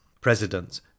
President